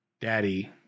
daddy